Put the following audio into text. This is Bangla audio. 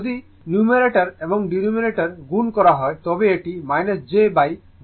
যদি নিউমারেটর এবং ডেনোমিনেটর গুণ করা হয় তবে এটি jj 2 j 2 হবে